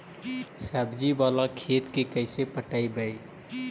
सब्जी बाला खेत के कैसे पटइबै?